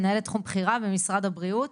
מנהלת תחום בכירה במשרד הבריאות.